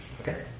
Okay